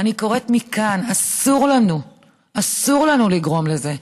אני קוראת מכאן: אסור לנו לגרום לזה,